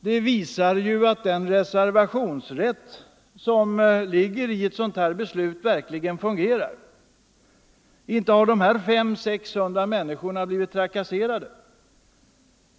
Det visar att den reservationsrätt som finns mot ett sådant här beslut verkligen fungerar. Inte har de här 500-600 människorna blivit trakasserade.